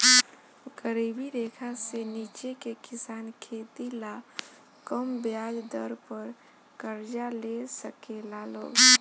गरीबी रेखा से नीचे के किसान खेती ला कम ब्याज दर पर कर्जा ले साकेला लोग